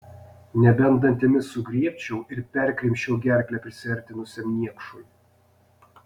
nebent dantimis sugriebčiau ir perkrimsčiau gerklę prisiartinusiam niekšui